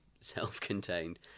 self-contained